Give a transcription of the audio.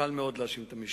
קל מאוד להאשים את המשטרה.